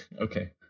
Okay